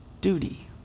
duty